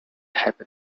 happen